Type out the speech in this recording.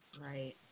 Right